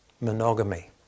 monogamy